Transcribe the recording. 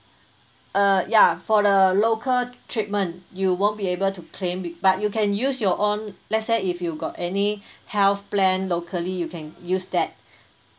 err ya for the local treatment you won't be able to claim be but you can use your own let's say if you got any health plan locally you can use that